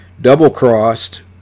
double-crossed